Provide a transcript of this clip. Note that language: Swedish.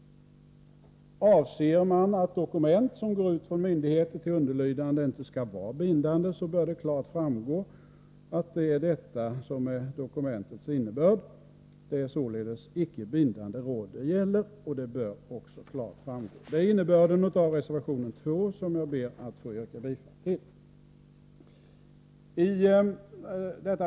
Avser man att dokument som går ut från myndigheter till underlydanoch organisation de inte skall vara bindande bör det klart framgå att det är detta som är RR 8 : dokumentets innebörd. Det är således icke bindande råd det gäller. Det bör också klart framgå. Det är innebörden av reservation 2, som jag ber att få yrka bifall till.